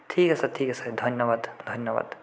ঠিক আছে ঠিক আছে ধন্যবাদ ধন্যবাদ